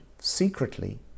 secretly